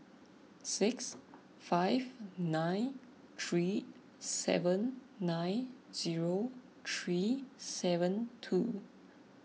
six five nine three seven nine zero three seven two